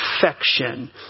perfection